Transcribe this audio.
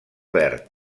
verd